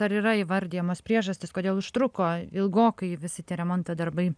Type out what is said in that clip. ar yra įvardijamos priežastys kodėl užtruko ilgokai visi tie remonto darbai